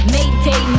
Mayday